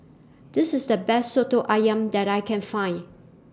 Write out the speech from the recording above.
This IS The Best Soto Ayam that I Can Find